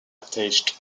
attached